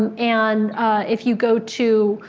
um and if you go to,